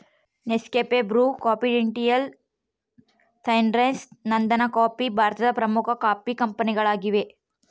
Nescafe, Bru, confidential, Sunrise, Nandan coffee ಭಾರತದ ಪ್ರಮುಖ coffee ಕಂಪನಿಗಳಾಗಿವೆ